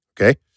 Okay